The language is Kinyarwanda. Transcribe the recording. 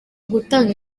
gutanga